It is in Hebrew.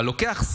אבל בא שר